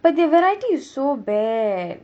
but the variety is so bad